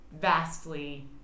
vastly